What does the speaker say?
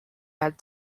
had